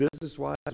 business-wise